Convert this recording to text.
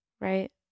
right